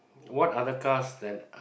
what other cars then